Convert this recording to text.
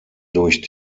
durch